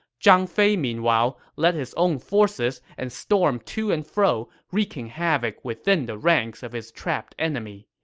zhang fei, meanwhile, led his own forces and stormed to and fro, wreaking havoc within the ranks of his trapped enemy.